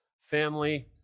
family